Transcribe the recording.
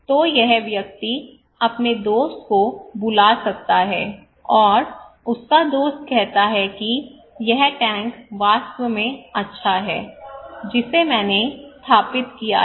तो यह व्यक्ति अपने दोस्त को बुला सकता है और उसका दोस्त कहता है कि यह टैंक वास्तव में अच्छा है जिसे मैंने स्थापित किया है